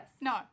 No